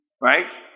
Right